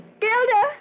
Gilda